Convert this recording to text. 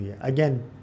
Again